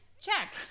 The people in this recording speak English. Check